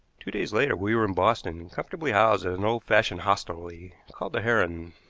two days later we were in boston, comfortably housed at an old-fashioned hostelry called the heron.